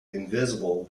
invisible